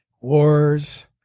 wars